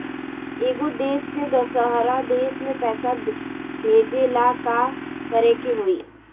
एगो देश से दशहरा देश मे पैसा भेजे ला का करेके होई?